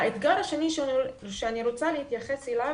האתגר השני שאני רוצה להתייחס אליו